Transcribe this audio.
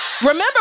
Remember